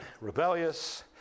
rebellious